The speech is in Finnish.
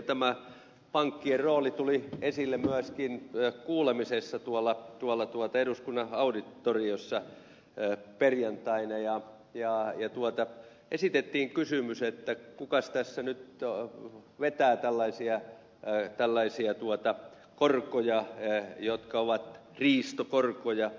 tämä pankkien rooli tuli esille myöskin kuulemisessa eduskunnan auditoriossa perjantaina ja esitettiin kysymys kuka tässä nyt vetää tällaisia korkoja jotka ovat riistokorkoja